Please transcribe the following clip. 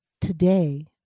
today